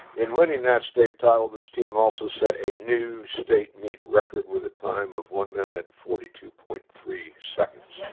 in winning that state title, this team also set a new state meet record with a time of one minute. forty two point three seconds